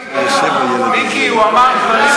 שתהיה יותר שנון.